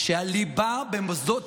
שהליבה במוסדות,